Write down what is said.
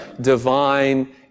divine